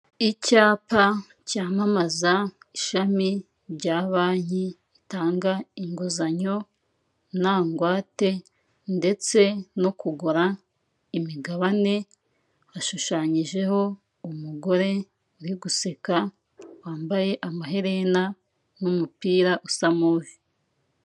Icyapa cyamamaza ishami rya banki ritanga inguzanyo nta ngwate ndetse no kugura imigabane, ashushanyijeho umugore uri guseka wambaye amaherena n'umupira usa n'ivu.